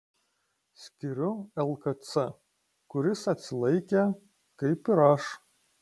skiriu lkc kuris atsilaikė kaip ir aš